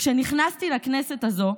כשנכנסתי לכנסת הזו,